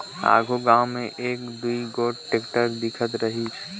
आघु गाँव मे एक दुई गोट टेक्टर दिखत रहिस